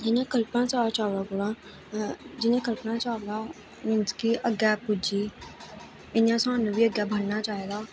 एह् ना कल्पना चावला कोला जियां कल्पना चावला मींस के अग्गें पुज्जी इ'यां सानूं बी अग्गें पुज्जना बढ़ना चाहिदा